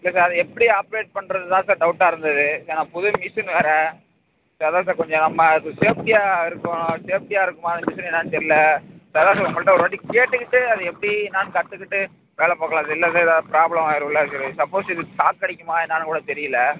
இல்லை சார் எப்படி ஆப்ரேட் பண்ணுறது தான் சார் டவுட்டாக இருந்தது ஏன்னா புது மிஷினு வேறு சார் அதுதான் சார் கொஞ்சம் நம்ம ச சேஃப்டியாக இருக்கும் சேஃப்டியாக இருக்குமா மிஷினு என்னன்னு தெரில சார் அதுதான் சார் உங்கள்கிட்ட ஒருவாட்டி கேட்டுக்கிட்டு அது எப்படி என்னன்னு கற்றுக்கிட்டு வேலைப் பார்க்கலாம் ச இல்லை சார் ஏதாது ப்ராப்ளம் ஆயிடும்ல சரி சப்போஸ் இது ஷாக் அடிக்குமா என்னன்னு கூட தெரியல